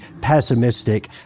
pessimistic